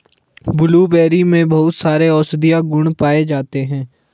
blueberry में बहुत सारे औषधीय गुण पाये जाते हैं